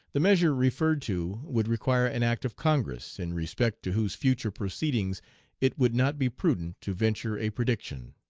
the measure referred to would require an act of congress, in respect to whose future proceedings it would not be prudent to venture a prediction.